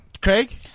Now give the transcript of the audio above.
Craig